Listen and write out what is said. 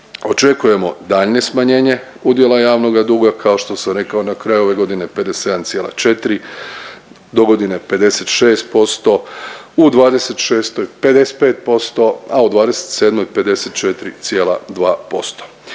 Očekujemo daljnje smanjenje udjela javnoga duga, kao što sam rekao na kraju ove godine 57,4 dogodine 56% u '26. 55%, a u '27. 54,2%.